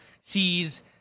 sees